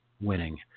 winning